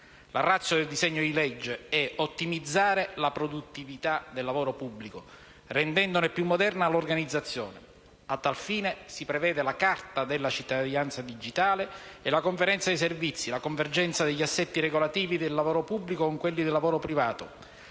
La *ratio* del disegno di legge è ottimizzare la produttività del lavoro pubblico rendendone più moderna l'organizzazione. A tal fine si prevede la carta della cittadinanza digitale e la Conferenza dei servizi, la convergenza degli assetti regolativi del lavoro pubblico con quelli del lavoro privato,